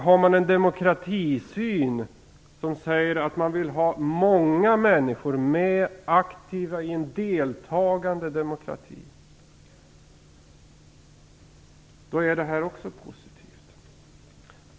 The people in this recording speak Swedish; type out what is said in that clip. Har man en demokratisyn som går ut på att man vill att många människor deltar aktivt är det också positivt.